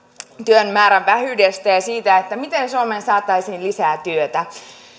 työn määrän vähyydestä ja siitä miten suomeen saataisiin lisää